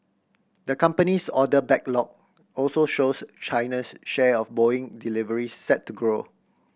the company's order backlog also shows China's share of Boeing delivery set to grow